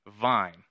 vine